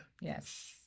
Yes